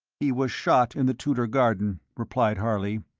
he was shot in the tudor garden, replied harley,